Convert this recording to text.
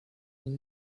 was